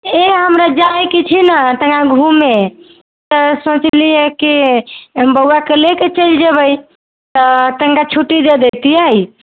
ए हमरा जायके छै ने तनिका घुमै तऽ सोचलियै कि बौआके लैके चलि जेबै तऽ कनिके छुट्टी दे देतियै